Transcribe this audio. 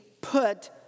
put